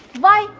why?